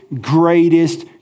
greatest